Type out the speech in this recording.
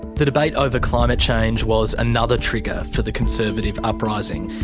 the debate over climate change was another trigger for the conservative uprising.